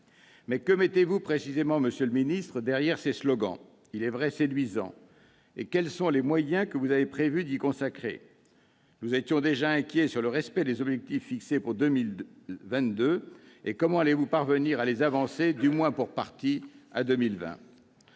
Mais que mettez-vous précisément, monsieur le ministre, derrière ces slogans, il est vrai séduisants ? Et quels sont les moyens que vous avez prévu d'y consacrer ? Nous étions déjà inquiets sur le respect des objectifs fixés pour 2022 ; comment allez-vous parvenir à les avancer, du moins pour partie, à 2020 ?